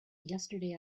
yesterday